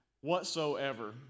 whatsoever